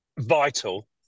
vital